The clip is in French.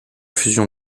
fusion